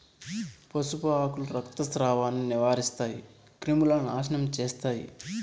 పసుపు ఆకులు రక్తస్రావాన్ని నివారిస్తాయి, క్రిములను నాశనం చేస్తాయి